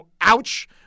Ouch